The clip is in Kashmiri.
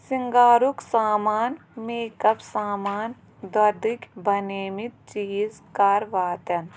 سِنگارُک سامان میٚکپ سامان دۄدٕکۍ بَنیمٕتۍ چیٖز کَر واتن